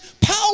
power